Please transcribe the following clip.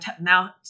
now